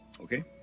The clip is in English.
okay